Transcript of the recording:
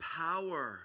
power